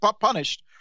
punished